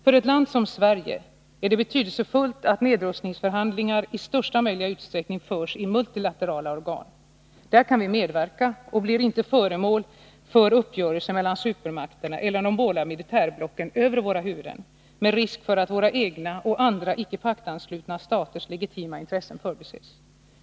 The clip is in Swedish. För ett land som Sverige är det betydelsefullt att nedrustningsförhandlingar i största möjliga utsträckning förs i multilaterala organ. Där kan vi medverka och blir inte föremål för uppgörelser mellan supermakterna eller de båda militärblocken över våra huvuden, med risk för att våra egna och andra icke-paktanslutna staters legitima intressen förbises.